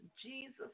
Jesus